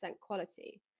quality